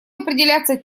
определяться